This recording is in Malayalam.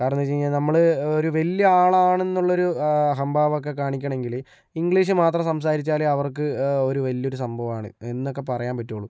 കാരണമെന്ന് വെച്ച് കഴിഞ്ഞാൽ നമ്മള് ഒരു വലിയ ആൾ ആണെന്നുള്ള ഒരു അഹംഭാവം ഒക്കെ കാണിക്കണങ്കില് ഇംഗ്ലീഷ് മാത്രം സംസാരിച്ചാലേ അവർക്ക് ഒരു വലിയ ഒരു സംഭവമാണ് എന്നൊക്കെ പറയാൻ പറ്റോളു